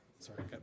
Sorry